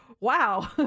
wow